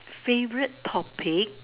favorite topic